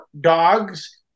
dogs